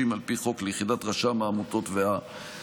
על פי חוק ליחידת רשם העמותות והחל"צ,